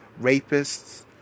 rapists